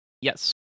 Yes